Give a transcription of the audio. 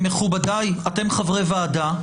מכובדיי, אתם חברי ועדה.